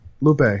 Lupe